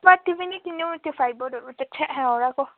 smart TV नै किन्यौँ त्यो फाइबरहरू त छ्या हाउडाको